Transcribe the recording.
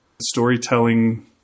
storytelling